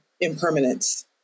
impermanence